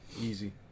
Easy